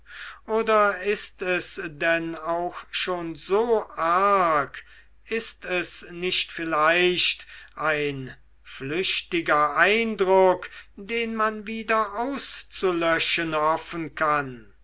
oder ist es denn auch schon so arg ist es nicht vielleicht ein flüchtiger eindruck den man wieder auszulöschen hoffen kann